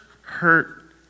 hurt